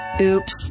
Oops